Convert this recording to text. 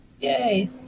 yay